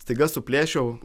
staiga suplėšiau